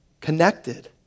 Connected